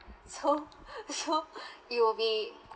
so so it will be